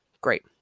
Great